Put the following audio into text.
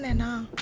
know